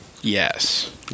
Yes